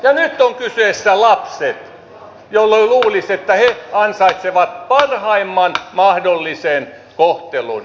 ja nyt on kyseessä lapset jolloin luulisi että he ansaitsevat parhaimman mahdollisen kohtelun